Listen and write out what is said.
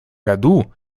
году